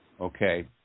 okay